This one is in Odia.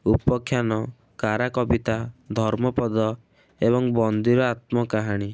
ଉପଖ୍ୟାନ କାରା କବିତା ଧର୍ମପଦ ଏବଂ ବନ୍ଦିର ଆତ୍ମ କାହାଣୀ